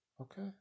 Okay